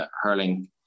hurling